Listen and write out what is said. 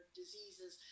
diseases